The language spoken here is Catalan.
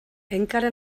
encara